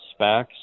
SPACs